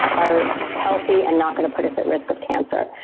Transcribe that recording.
are healthy and not going to put us at risk of cancer.